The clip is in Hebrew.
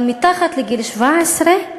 אבל מתחת לגיל 17,